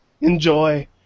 Enjoy